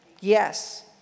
Yes